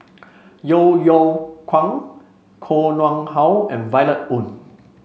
Yeo Yeow Kwang Koh Nguang How and Violet Oon